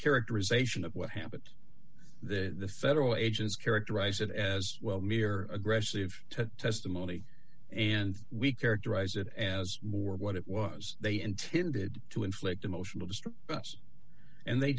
characterization of what happened that the federal agents characterized it as well mere aggressive testimony and we characterize it as more of what it was they intended to inflict emotional distress and they